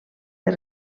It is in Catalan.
del